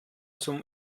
zum